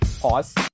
pause